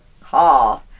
call